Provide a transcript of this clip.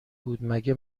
بود، مگه